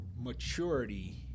maturity